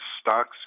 stocks